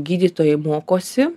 gydytojai mokosi